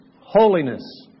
holiness